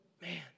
man